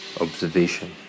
Observation